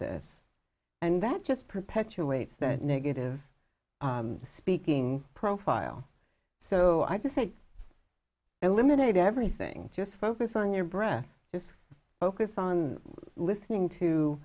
this and that just perpetuates that negative speaking profile so i just say eliminate everything just focus on your breath just focus on listening to